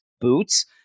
boots